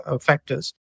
factors